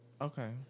Okay